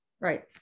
right